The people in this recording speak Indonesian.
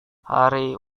hari